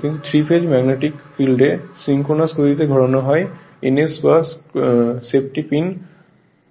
কিন্তু 3 phase magnetic ফিল্ডে synchronous গতিতে ঘোরানো হয় NS যা সেফটি পিন 100 RPM হয়